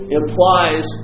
implies